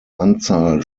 anzahl